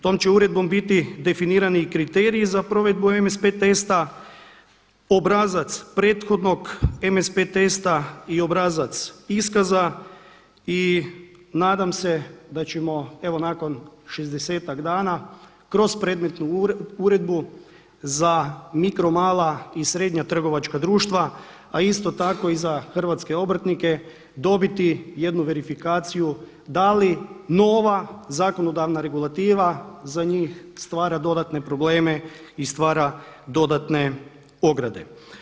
Tom će uredbom biti definirani i kriteriji za provedbu MSP testa obrazac prethodnog MSP testa i obrazac iskaza i nadam se da ćemo evo nakon 60-tak dana kroz predmetnu uredbu za mikro, mala i srednja trgovačka društva, a isto tako i za hrvatske obrtnike dobiti jednu verifikaciju da li nova zakonodavna regulativa za njih stvara dodatne probleme i stvara dodatne ograde.